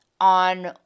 on